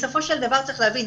בסופו של דבר צריך להבין,